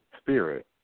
spirit